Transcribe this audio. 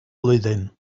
blwyddyn